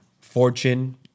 fortune